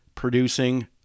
Producing